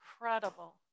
incredible